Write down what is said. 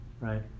right